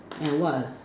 and what